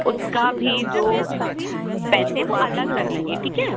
उसका भी जो पैसे हैं वो अलग लगेंगे ठीक है